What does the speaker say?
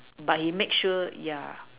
but he make sure yeah